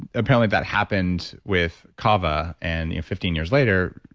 apparently, that happened with kava, and fifteen years later,